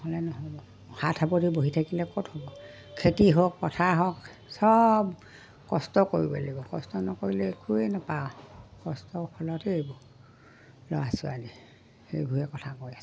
নহ'লে নহ'ব হাত সাবটি বহি থাকিলে ক'ত হ'ব খেতি হওক পথাৰ হওক চব কষ্ট কৰিব লাগিব কষ্ট নকৰিলে একোৱেই নাপাওঁ কষ্ট ফলতেই এইবোৰ ল'ৰা ছোৱালীয়ে সেইবোৰে কথা কয় আছো